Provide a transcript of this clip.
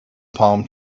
palm